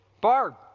Barb